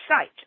site